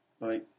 Bye